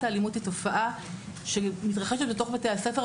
האלימות היא תופעה שמתרחשת בתוך בתי-הספר,